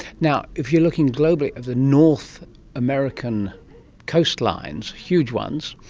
now, if you're looking globally at the north american coastlines, huge ones,